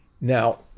Now